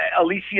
Alicia